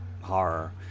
horror